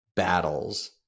battles